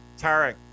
Tarek